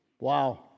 Wow